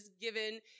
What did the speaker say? given